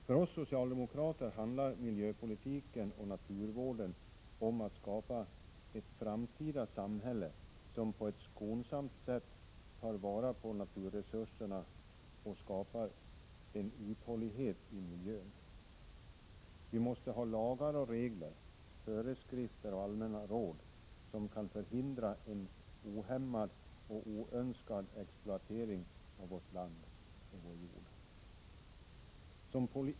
För oss socialdemokrater handlar miljöpolitiken och naturvården om att skapa ett framtida samhälle, som på ett skonsamt sätt tar vara på naturresurserna och skapar en uthållighet i miljön. Vi måste ha lagar och regler, föreskrifter och allmänna råd, som kan förhindra en ohämmad och oönskad exploatering av vårt land och vår jord.